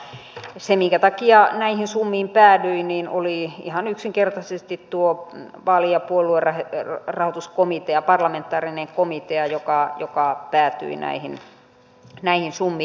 mutta se minkä takia näihin summiin päädyin oli ihan yksinkertaisesti tuo paljon puolue lähettivät rahoituskomitea parlamentaarinen vaali ja puoluerahoituskomitea joka päätyi näihin summiin